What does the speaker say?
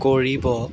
কৰিব